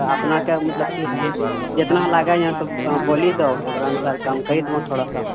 अपनाके मतलब कि जितना लागैए बोलि दह ओकरा अनुसार कम करि देबौ थोड़ासँ